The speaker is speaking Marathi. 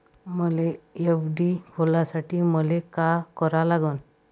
मले एफ.डी खोलासाठी मले का करा लागन?